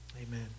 Amen